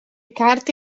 carte